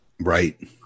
right